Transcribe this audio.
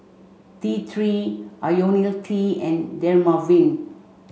T Three Ionil T and Dermaveen